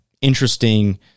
interesting